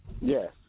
Yes